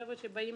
חבר'ה שבאים